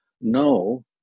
no